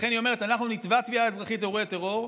לכן היא אומרת: אנחנו נתבע תביעה אזרחית באירועי טרור,